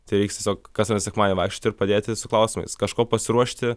tereiks tiesiog kas antrą sekmadienį vaikščioti ir padėti su klausimais kažko pasiruošti